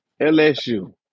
LSU